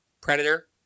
predator